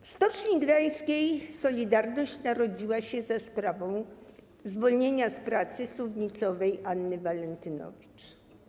W Stoczni Gdańskiej 'Solidarność' narodziła się za sprawą zwolnienia z pracy suwnicowej, Anny Walentynowicz.